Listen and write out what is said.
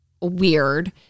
weird